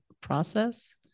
process